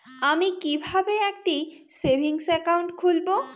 আমি কিভাবে একটি সেভিংস অ্যাকাউন্ট খুলব?